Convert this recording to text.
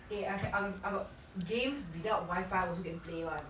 eh I ca~ I I got games without wifi also can play [one]